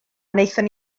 wnaethon